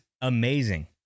amazing